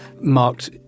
marked